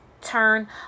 turn